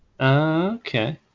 Okay